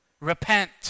repent